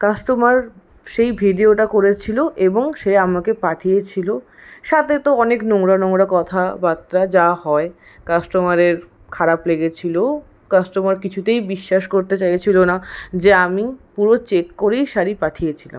customer সেই ভিডিওটা করেছিল এবং সে আমাকে পাঠিয়েছিল সাথে তো অনেক নোংরা নোংরা কথাবার্তা যা হয় কাস্টমারের খারাপ লেগেছিলও কাস্টমার কিছুতেই বিশ্বাস করতে চাইছিল না যে আমি পুরো চেক করেই শাড়ি পাঠিয়েছিলাম